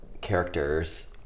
characters